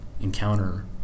encounter